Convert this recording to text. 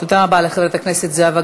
תודה רבה לחברת הכנסת זהבה גלאון.